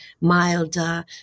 milder